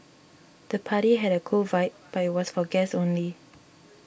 the party had a cool vibe but was for guests only